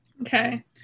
Okay